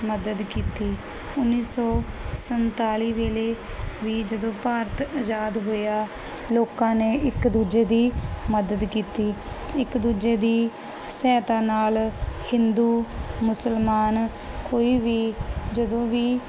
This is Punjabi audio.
ਮਦਦ ਕੀਤੀ ਉੱਨੀ ਸੌ ਸੰਨਤਾਲੀ ਵੇਲੇ ਵੀ ਜਦੋਂ ਭਾਰਤ ਆਜ਼ਾਦ ਹੋਇਆ ਲੋਕਾਂ ਨੇ ਇੱਕ ਦੂਜੇ ਦੀ ਮਦਦ ਕੀਤੀ ਇੱਕ ਦੂਜੇ ਦੀ ਸਹਾਇਤਾ ਨਾਲ ਹਿੰਦੂ ਮੁਸਲਮਾਨ ਕੋਈ ਵੀ ਜਦੋਂ ਵੀ